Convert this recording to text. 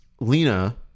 Lena